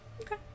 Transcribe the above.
Okay